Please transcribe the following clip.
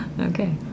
okay